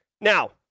now